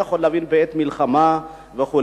אני יכול להבין בעת מלחמה וכו'.